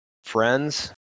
friends